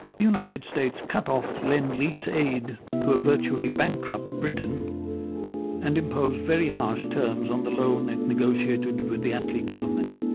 the united states cut off lend-lease aid to a virtually bankrupt britain and imposed very harsh terms on the loan it negotiated with the attlee government.